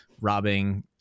robbing